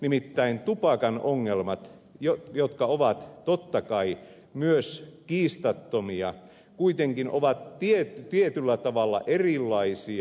nimittäin tupakan ongelmat jotka ovat totta kai myös kiistattomia kuitenkin ovat tietyllä tavalla erilaisia